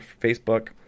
Facebook